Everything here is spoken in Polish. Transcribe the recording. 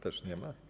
Też nie ma?